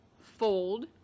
fold